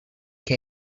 che